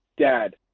dad